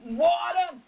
water